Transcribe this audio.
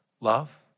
love